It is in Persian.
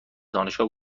دانشگاه